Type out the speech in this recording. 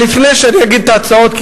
אבל לפני שאגיד את ההצעות,